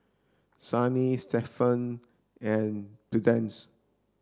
Sannie Shepherd and Prudence